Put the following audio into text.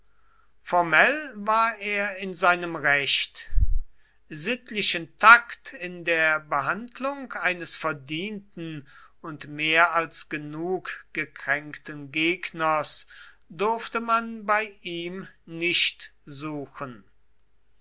formell war er in seinem recht sittlichen takt in der behandlung eines verdienten und mehr als genug gekränkten gegners durfte man bei ihm nicht suchen